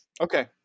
Okay